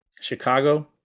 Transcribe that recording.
chicago